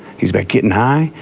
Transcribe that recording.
he's about getting high,